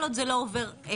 כל עוד זה לא עובר חקיקה,